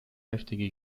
heftige